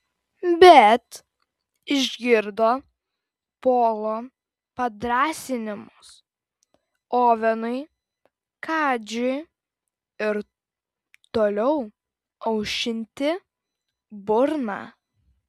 bet išgirdo polo padrąsinimus ovenui kadžiui ir toliau aušinti burną